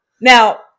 Now